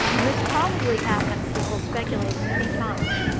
and this probably happened, people speculate, many times.